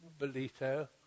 Belito